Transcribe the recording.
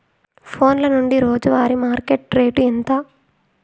ఫోన్ల నుండి రోజు వారి మార్కెట్ రేటు ఎంత?